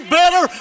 better